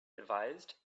advised